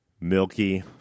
milky